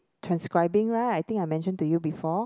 transcribing right I think I mentioned to you before